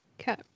okay